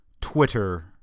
Twitter